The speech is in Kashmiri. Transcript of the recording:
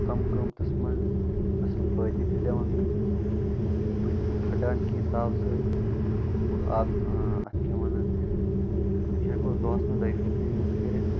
کَم قۭمتس منٛز اَصٕل فٲیدٕ تہِ دِوان بٕتھِس بٕتھۍ نہٕ پھٹان کینٛہہ تاو سۭتۍ اَتھ کیاہ وَنان یہِ ہیٚکو دۄہَس منٛز دویہِ پھیٚرِ تہِ یوٗز کٔرِتھ